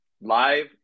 Live